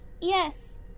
Yes